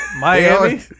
Miami